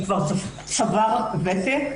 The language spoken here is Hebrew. הוא כבר צבר ותק.